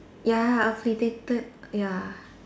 ya affiliated ya